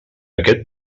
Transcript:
aquest